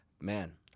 man